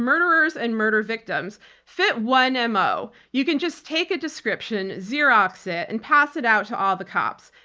murderers and murder victims fit one ah mo. you can just take a description, xerox it and pass it out to all the cops.